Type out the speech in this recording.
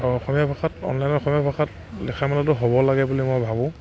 আৰু অসমীয়া ভাষাত অন্যান্য অসমীয়া ভাষাত লেখা মেলাটো হ'ব লাগে বুলি মই ভাবোঁ